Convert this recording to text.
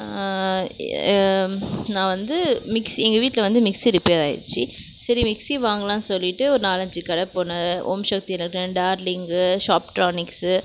நான் வந்து மிக்ஸி எங்கள் வீட்டில் வந்து மிக்ஸி ரிப்பேர் ஆயிருச்சு சரி மிக்ஸி வாங்கலா சொல்லிவிட்டு ஒரு நாலஞ்சு கடைபோன ஓம்சக்தி எலக்ட்ரானிக் டார்லிங்கு ஷாப்ட்ரானிக்ஸ்ஸு